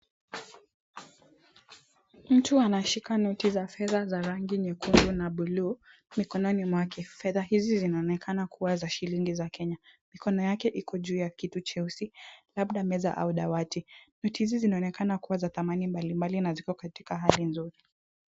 Mtu anashika noti za fedha za rangi nyekundu na buluu mikononi mwake. Fedha hizi zinaonekana kuwa za shilingi za Kenya. Mikono yake iko juu ya kitu cheusi, labda meza au dawati. Noti hizi zinaonekana kuwa za thamani mbalimbali na ziko katika hali nzuri.